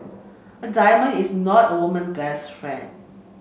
a diamond is not a woman best friend